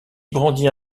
brandit